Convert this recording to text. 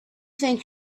think